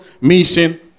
mission